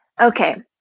okay